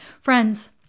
Friends